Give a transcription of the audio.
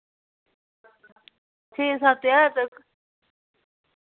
छे सत्त ज्हार तक